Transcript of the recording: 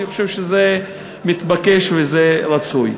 אני חושב שזה מתבקש וזה רצוי.